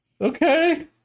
Okay